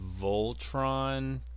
Voltron